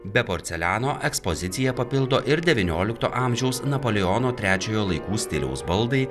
be porceliano ekspoziciją papildo ir devyniolikto amžiaus napoleono trečiojo laikų stiliaus baldai